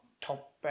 top